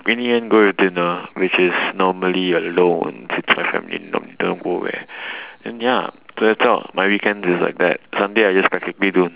in the end go with dinner which is normally alone since my family you know don't know go where and ya so that's all my weekend is like that sunday I just practically do